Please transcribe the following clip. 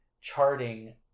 charting